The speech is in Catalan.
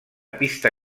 pista